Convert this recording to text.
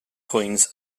coins